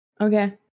Okay